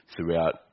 throughout